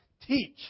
teach